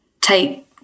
take